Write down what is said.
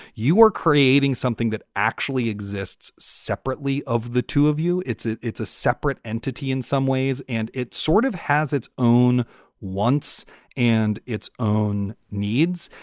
you are creating something that actually exists separately of the two of you. it's it's a separate entity in some ways, and it sort of has its own once and its own needs.